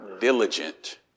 diligent